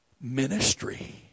Ministry